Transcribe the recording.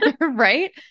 Right